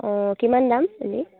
অঁ কিমান দাম এনেই